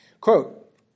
Quote